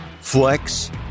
flex